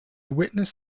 witness